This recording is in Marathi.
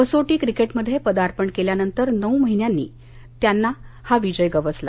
कसोटी क्रिकेटमध्ये पदार्पण केल्यानंतर नऊ महिन्यांनी त्यांना हा विजय गवसला